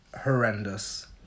horrendous